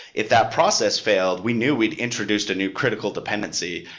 if that process failed, we knew we'd introduced a new critical dependency,